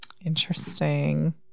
interesting